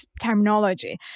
terminology